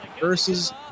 versus